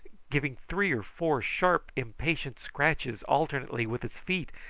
giving three or four sharp impatient scratchings alternately with its feet,